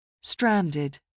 Stranded